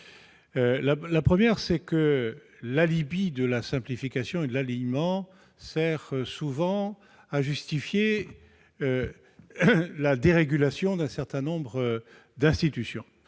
observations. D'abord, l'alibi de la simplification et de l'alignement sert souvent à justifier la dérégulation d'un certain nombre d'institutions.